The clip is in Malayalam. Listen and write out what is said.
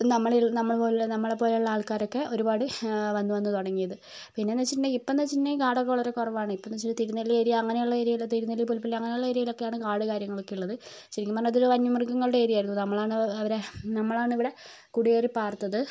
നമ്മളെ നമ്മള് പോലുള്ള നമ്മളെ പോലെയുള്ള ആൾക്കാരൊക്കെ ഒരുപാട് വന്ന് വന്ന് തുടങ്ങിയത് പിന്നെ എന്ന് വെച്ചിട്ടുണ്ടെങ്കിൽ ഇപ്പോഴെന്ന് വെച്ചിട്ടുണ്ടെങ്കിൽ കാടൊക്കെ വളരെ കുറവാണ് ഇപ്പോഴെന്ന് വെച്ചിട്ടുണ്ടെങ്കിൽ തിരുനെല്ലി ഏരിയ അങ്ങനെയുള്ള ഏരിയ തിരുനെല്ലി പുൽപ്പള്ളി അങ്ങനെയുള്ള ഏരിയയിലൊക്കെയാണ് കാട് കാര്യങ്ങളൊക്കെ ഉള്ളത് ശെരിക്കും പറഞ്ഞാൽ ഇതൊരു വന്യ മൃഗങ്ങളുടെ ഏരിയ ആയിരുന്നു നമ്മളാണ് അവരെ നമ്മളാണ് ഇവിടെ കുടിയേറി പാർത്തത്